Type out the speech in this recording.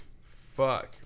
Fuck